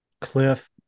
cliff